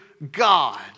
God